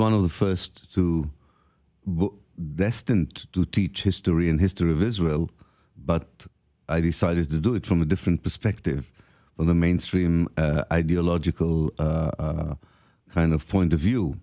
one of the first to destine to teach history and history of israel but i decided to do it from a different perspective from the mainstream ideological kind of point of view